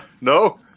no